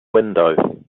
window